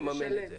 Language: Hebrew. נממן את זה.